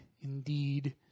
indeed